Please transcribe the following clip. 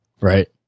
right